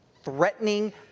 threatening